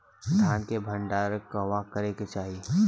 धान के भण्डारण कहवा करे के चाही?